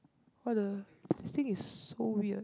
what the this thing is so weird